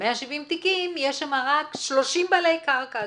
ה-170 תיקים, יש שם רק 30 בעלי קרקע.